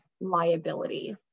liability